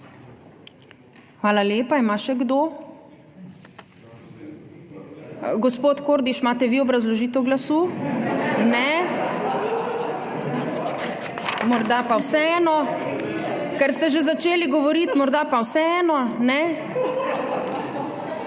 Hvala lepa. Ima še kdo? Gospod Kordiš, imate vi obrazložitev glasu? / smeh v dvorani/ Ne. Morda pa vseeno. Ker ste že začeli govoriti, morda pa vseeno.